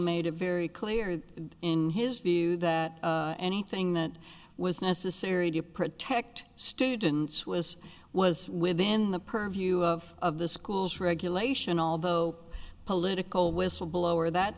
made it very clear in his view that anything that was necessary to protect students was was within the purview of the school's regulation although political whistleblower that